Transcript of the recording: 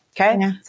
Okay